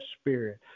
spirit